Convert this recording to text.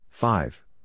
Five